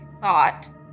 thought